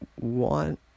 want